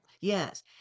yes